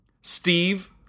Steve